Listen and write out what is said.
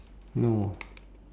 no